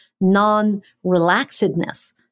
non-relaxedness